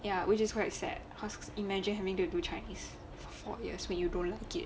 ya which is quite sad cause imagine having to do chinese for four years when you don't like it